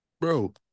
bro